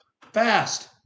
fast